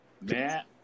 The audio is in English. Matt